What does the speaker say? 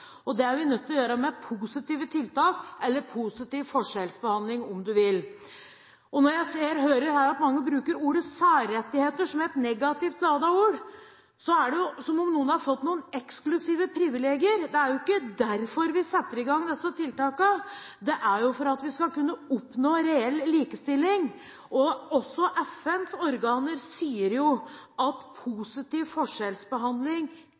likebehandling. Det er vi nødt til å gjøre med positive tiltak, eller positiv forskjellsbehandling, om en vil. Når jeg hører her at mange bruker ordet «særrettigheter» som et negativt ladet ord, er det som om noen har fått noen eksklusive privilegier. Det er ikke derfor vi setter i gang disse tiltakene. Det er for at vi skal kunne oppnå reell likestilling. Også FNs organer sier at positiv forskjellsbehandling